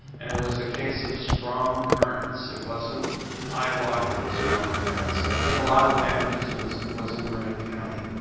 and it was a case of strong currents. it wasn't high water. it was strong currents. and i think a lot of the damage was was in marin county.